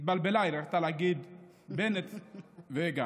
התבלבלה, היא רצתה להגיד בנט וגנץ.